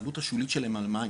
שהעלות השולית שלהם על מים,